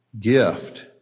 Gift